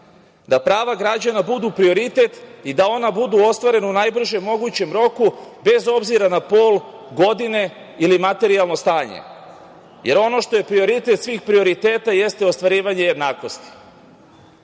da prava građana budu prioritet i da ona budu ostvare u najbržem mogućem roku bez obzira na pol, godine ili materijalno stanje. Jer, ono što je prioritet svih prioriteta jeste ostvarivanje jednakosti.